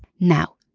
now,